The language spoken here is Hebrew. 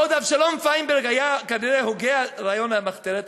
בעוד אבשלום פיינברג היה כנראה הוגה רעיון המחתרת,